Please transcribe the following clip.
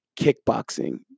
kickboxing